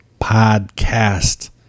podcast